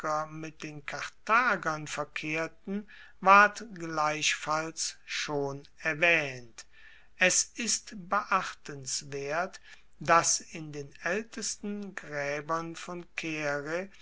mit den karthagern verkehrten ward gleichfalls schon erwaehnt es ist beachtenswert dass in den aeltesten graebern von caere